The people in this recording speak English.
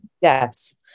Yes